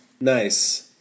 Nice